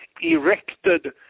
erected